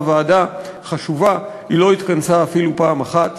ועדה חשובה היא לא התכנסה אפילו פעם אחת.